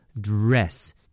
Dress